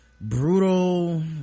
brutal